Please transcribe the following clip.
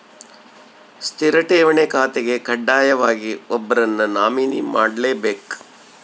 ಸ್ಥಿರ ಠೇವಣಿ ಖಾತೆಗೆ ಕಡ್ಡಾಯವಾಗಿ ಒಬ್ಬರನ್ನು ನಾಮಿನಿ ಮಾಡ್ಲೆಬೇಕ್